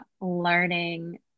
learning